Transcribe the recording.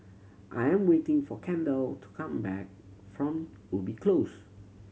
I am waiting for Kendell to come back from Ubi Close